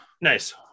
nice